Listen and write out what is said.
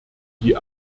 die